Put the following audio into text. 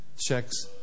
Checks